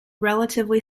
relatively